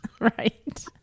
Right